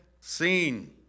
seen